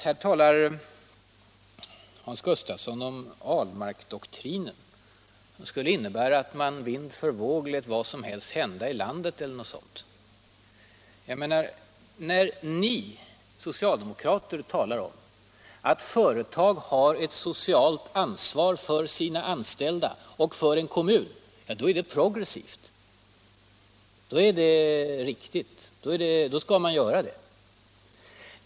Här talar Hans Gustafsson om ”Ahlmarkdoktrinen”. Den skulle innebära att man vind för våg lät vad som helst hända i landet. När ni socialdemokrater talar om att företag har ett socialt ansvar för sina anställda och för en kommun — då är det progressivt, då är det riktigt, då skall man göra det!